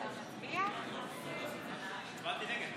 תרומה למימון הליך משפטי או טיפול רפואי וחובת דיווח),